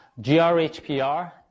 GRHPR